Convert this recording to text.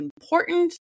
important